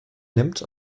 nimmt